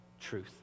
truth